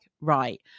right